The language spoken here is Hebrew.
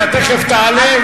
אתה תיכף תעלה,